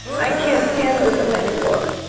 i can't handle them anymore.